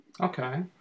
Okay